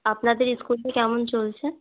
আপনাদের স্কুলটি কেমন চলছে